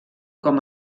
com